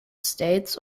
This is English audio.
states